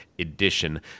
Edition